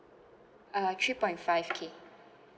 uh three point five k